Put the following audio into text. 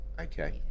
Okay